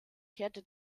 kehrte